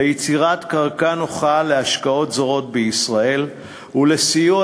ליצירת קרקע נוחה להשקעות זרות בישראל ולסיוע